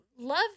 Love